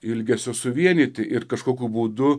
ilgesio suvienyti ir kažkokiu būdu